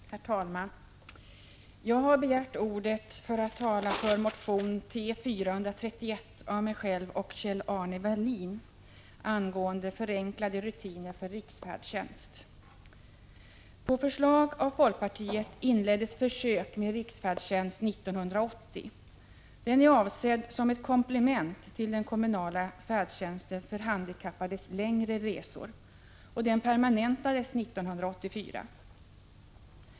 Herr talman! Jag har begärt ordet för att få tala för motion T431 av mig själv och Kjell-Arne Welin angående förenklade rutiner för riksfärdtjänst. På förslag av folkpartiet inleddes försök med riksfärdtjänst 1980. Den är avsedd som ett komplement till den kommunala färdtjänsten för handikappades längre resor. Den permanentades 1984.